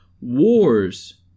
wars